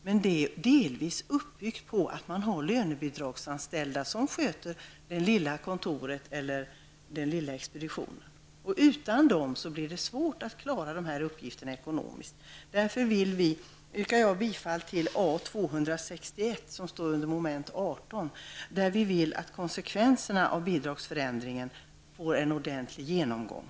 Detta är delvis uppbyggt på att lönebidragsanställda sköter det lilla kontoret eller den lilla expeditionen. Utan dem blir det svårt att ekonomiskt klara dessa uppgifter. Därför yrkar jag bifall till motion A261 under mom. 18, där vi vill att konsekvenserna av bidragsförändringen får en ordentlig genomgång.